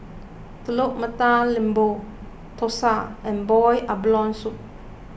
Telur Mata Lembu Thosai and Boiled Abalone Soup